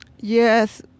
Yes